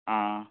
অঁ